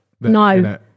no